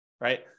right